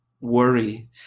worry